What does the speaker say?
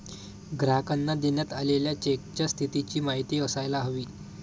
ग्राहकांना देण्यात आलेल्या चेकच्या स्थितीची माहिती असायला हवी